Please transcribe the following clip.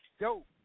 Dope